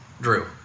Drew